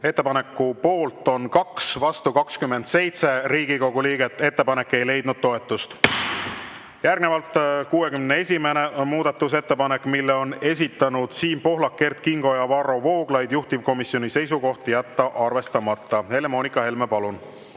Ettepaneku poolt on 2, vastu 28 Riigikogu liiget. Ettepanek ei leidnud toetust. Järgnevalt 60. muudatusettepanek, mille on esitanud Siim Pohlak, Kert Kingo ja Varro Vooglaid. Juhtivkomisjoni seisukoht on jätta arvestamata. Helle‑Moonika Helme, palun!